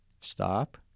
stop